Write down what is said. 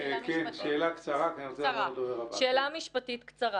שאלה משפטית קצרה